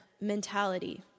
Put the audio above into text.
mentality